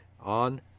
on